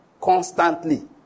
constantly